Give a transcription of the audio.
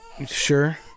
Sure